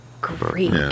Great